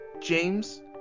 James